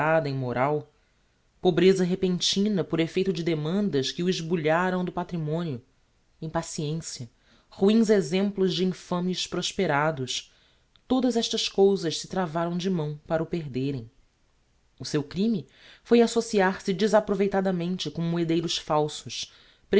em moral pobreza repentina por effeito de demandas que o esbulharam do patrimonio impaciencia ruins exemplos de infames prosperados todas estas cousas se travaram de mão para o perderem o seu crime foi associar se desaproveitadamente com